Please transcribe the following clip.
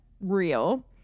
real